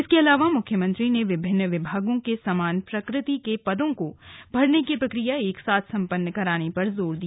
इसके अलावा मुख्यमंत्री ने विभिन्न विभागों के समान प्रकृति के पदों को भरने की प्रक्रिया एक साथ सम्पन्न कराने पर जोर दिया